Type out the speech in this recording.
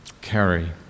carry